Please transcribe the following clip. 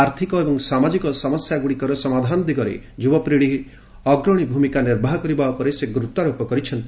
ଆର୍ଥକ ଏବଂ ସାମାଜିକ ସମସ୍ୟାଗୁଡ଼ିକର ସମାଧାନ ଦିଗରେ ଯୁବପିଢ଼ି ଅଗ୍ରଣୀ ଭୂମିକା ନିର୍ବାହ କରିବା ଉପରେ ସେ ଗୁରୁତ୍ୱାରୋପ କରିଛନ୍ତି